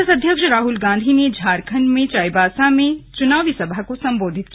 कांग्रेस अध्यक्ष राहुल गांधी ने झारखण्ड में चाइबासा में चुनावी सभा को संबोधित किया